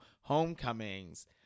homecomings